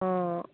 অঁ